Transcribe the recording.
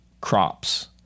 crops